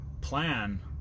plan